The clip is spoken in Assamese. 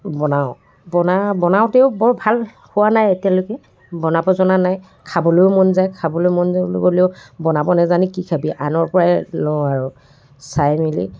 বনাও বনা বনাওঁতেও বৰ ভাল হোৱা নাই এতিয়ালৈকে বনাব জনা নাই খাবলৈও মন যায় খাবলৈ মন গ'লেও বনাব নাজানি কি খাবি আনৰ পৰাই লওঁ আৰু চাই মেলি